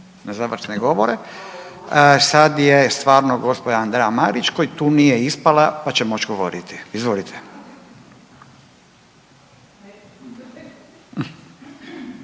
Na završne govore. Sad je stvarno gđa. Andreja Marić koja tu nije ispala pa će moći govoriti. Izvolite.